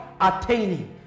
attaining